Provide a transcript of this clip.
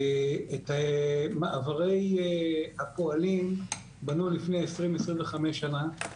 את מעברי הפועלים בנו לפני 20 25 שנה.